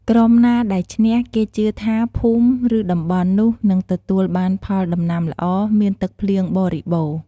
ក្រុមណាដែលឈ្នះ គេជឿថាភូមិ ឬតំបន់នោះនឹងទទួលបានផលដំណាំល្អ មានទឹកភ្លៀងបរិបូរណ៍។